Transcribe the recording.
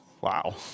Wow